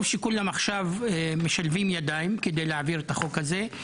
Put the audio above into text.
טוב שכולם משלבים עכשיו ידיים כדי להעביר את החוק הזה.